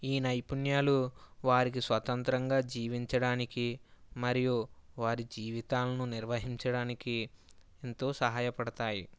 ఈ నైపుణ్యాలు వారికి స్వతంత్రంగా జీవించడానికి మరియు వారి జీవితాలను నిర్వహించడానికి ఎంతో సహాయపడతాయి